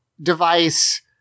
device